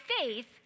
faith